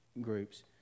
groups